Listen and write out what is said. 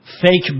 fake